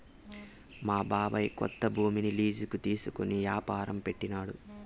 మా బాబాయ్ కొంత భూమిని లీజుకి తీసుకునే యాపారం పెట్టినాడు